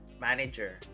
manager